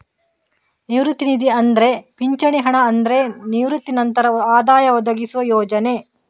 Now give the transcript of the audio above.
ನಿವೃತ್ತಿ ನಿಧಿ ಅಂದ್ರೆ ಪಿಂಚಣಿ ಹಣ ಅಂದ್ರೆ ನಿವೃತ್ತಿ ನಂತರ ಆದಾಯ ಒದಗಿಸುವ ಯೋಜನೆ